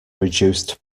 reduced